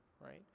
right